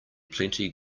plenty